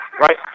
right